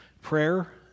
prayer